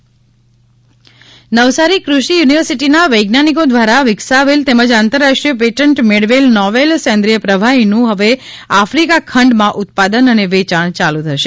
novel સેન્દ્રીય નવસારી કૃષિ યુનિવર્સિટીના વૈજ્ઞાનિકો દ્વારા વિકસાવેલ તેમજ આંતરરાષ્ટ્રીય પેટન્ટ મેળવેલ નોવેલ સેન્દ્રીય પ્રવાહીનું હવે આફિકા ખંડમાં ઉત્પાદન અને વેચાણ ચાલુ થશે